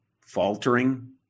faltering